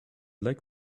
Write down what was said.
like